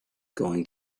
going